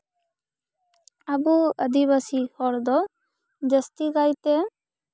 ᱟᱵᱚ ᱟᱫᱤᱵᱟᱥᱤ ᱦᱚᱲ ᱫᱚ ᱡᱟ ᱥᱛᱤ ᱠᱟᱭᱛᱮ